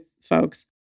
folks